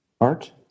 art